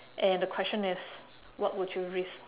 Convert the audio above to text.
and the question is what would you risk